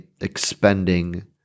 expending